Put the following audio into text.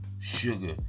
sugar